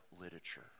literature